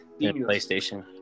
PlayStation